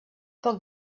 poc